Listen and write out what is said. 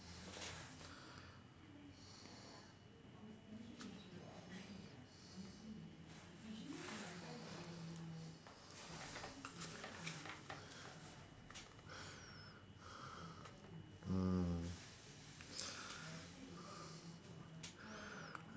mm